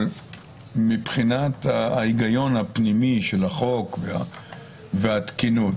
מבחינת ההיגיון הפנימי של החוק והתקינות.